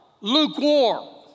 lukewarm